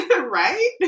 Right